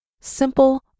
Simple